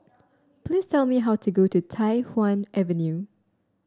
please tell me how to go to Tai Hwan Avenue